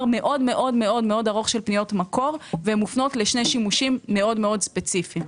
מאוד-מאוד ארוך של פניות מקור ומופנות לשני שימושים מאוד-מאוד ספציפיים.